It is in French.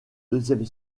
deuxième